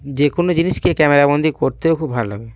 যে কোনো জিনিসকে ক্যামেরবন্দি করতেও খুব ভালো লাগে